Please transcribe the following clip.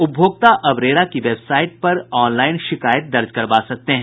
उपभोक्ता अब रेरा की वेबसाईट पर ऑनलाइन शिकायत दर्ज करवा सकते हैं